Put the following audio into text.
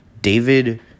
David